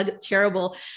terrible